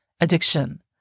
addiction